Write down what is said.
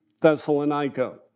Thessalonica